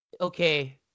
okay